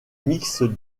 mixte